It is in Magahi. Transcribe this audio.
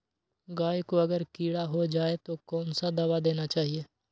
गाय को अगर कीड़ा हो जाय तो कौन सा दवा देना चाहिए?